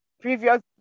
previous